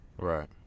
right